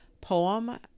poem